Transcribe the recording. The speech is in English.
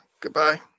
goodbye